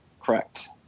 correct